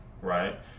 right